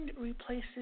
replaces